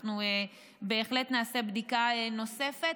אנחנו בהחלט נעשה בדיקה נוספת,